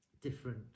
different